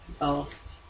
asked